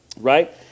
right